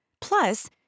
Plus